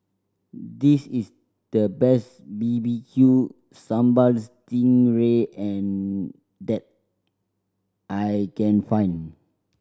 this is the best B B Q Sambal sting ray that I can find